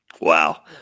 Wow